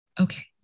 okay